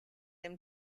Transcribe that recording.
him